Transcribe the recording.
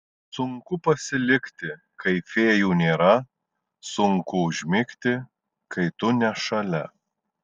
sunku pasilikti kai fėjų nėra sunku užmigti kai tu ne šalia